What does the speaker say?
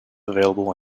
available